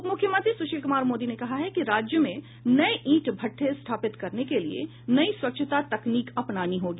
उप मुख्यमंत्री सुशील कुमार मोदी ने कहा है कि राज्य में नये ईंट भट्ठे स्थापित करने के लिये नयी स्वच्छता तकनीक अपनानी होगी